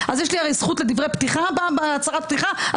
יש לי הרי זכות לדברי פתיחה בהצהרת פתיחה.